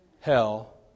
hell